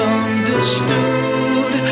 understood